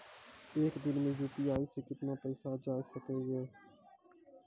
एक दिन मे यु.पी.आई से कितना पैसा जाय सके या?